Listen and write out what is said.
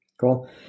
Cool